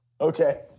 Okay